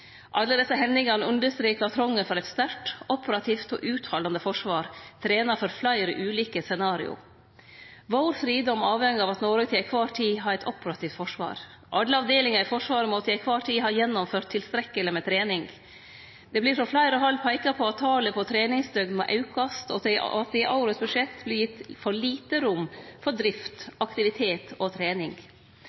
Alle desse hendingane understrekar trongen for eit sterkt, operativt og uthaldande forsvar, trena for fleire ulike scenario. Vår fridom avheng av at Noreg alltid har eit operativt forsvar. Alle avdelingar i Forsvaret må til kvar tid ha gjennomført tilstrekkeleg med trening. Det vert frå fleire hald peika på at talet på treningsdøgn må aukast, og at det i årets budsjett vert gitt for lite rom for drift, aktivitet og trening.